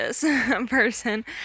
person